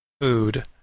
food